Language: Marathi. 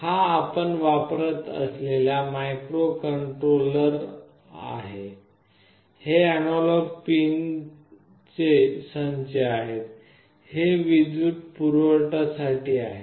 हा आपण वापरत असलेल्या मायक्रोकंट्रोलर आहे हे अॅनालॉग पिनचे संच आहेत हे विद्युत पुरवठ्या साठी आहेत